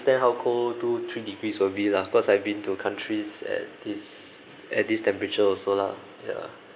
how cold two three degrees will be lah cause I've been to countries at this at this temperature also lah ya